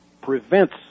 prevents